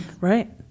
right